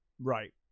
right